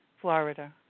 Florida